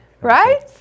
Right